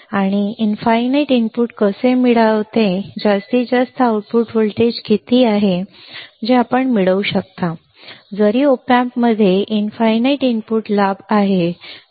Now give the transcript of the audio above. आणि हे अनंत इनपुट कसे मिळवते जास्तीत जास्त आउटपुट व्होल्टेज किती आहे जे आपण मिळवू शकता जरी op amp मध्ये असीम इनपुट लाभ आहे